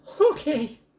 Okay